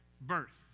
birth